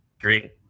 Great